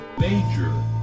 major